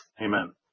Amen